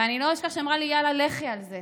ואני לא אשכח שהיא אמרה לי: יאללה, לכי על זה,